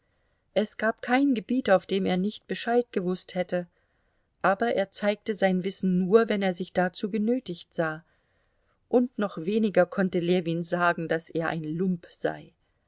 es gab kein gebiet auf dem er nicht bescheid gewußt hätte aber er zeigte sein wissen nur wenn er sich dazu genötigt sah und noch weniger konnte ljewin sagen daß er ein lump sei